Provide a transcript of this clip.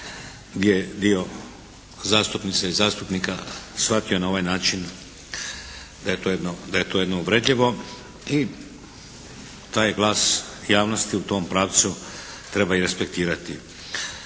gdje je dio zastupnica i zastupnika shvatio na ovaj način da je to jedno uvredljivo. I taj glas javnosti u tom pravcu treba i respektirati.